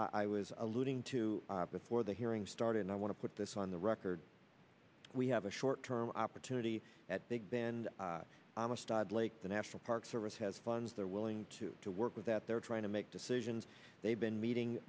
that i was alluding to before the hearings start and i want to put this on the record we have a short term opportunity at big bend on a stud lake the national park service has funds they're willing to to work with that they're trying to make decisions they've been meeting